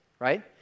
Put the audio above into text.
Right